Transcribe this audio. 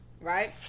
right